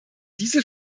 diese